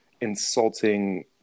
insulting